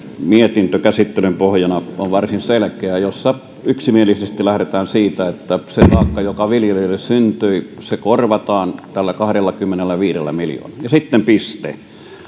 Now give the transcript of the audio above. mietintö käsittelyn pohjana on varsin selkeä ja siinä yksimielisesti lähdetään siitä että se taakka joka viljelijöille syntyi korvataan tällä kahdellakymmenelläviidellä miljoonalla ja sitten piste